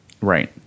Right